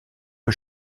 que